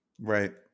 Right